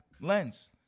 lens